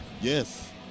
Yes